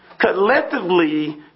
collectively